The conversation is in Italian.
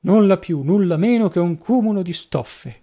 nulla più nulla meno che un cumulo di stoffe